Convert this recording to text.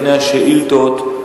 לפני השאילתות,